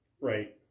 right